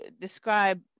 describe